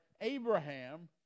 Abraham